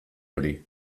hori